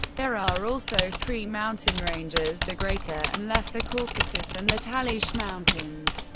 there are also three mountain ranges, the greater and lesser caucasus, and the talysh mountains,